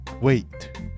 wait